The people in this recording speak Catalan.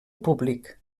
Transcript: públic